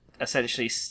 essentially